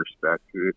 respect